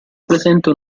presente